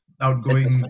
outgoing